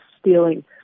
stealing